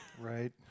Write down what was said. Right